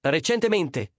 Recentemente